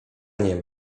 nie